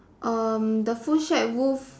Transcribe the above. um the food shack roof